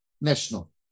national